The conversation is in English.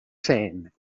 same